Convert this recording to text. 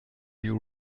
you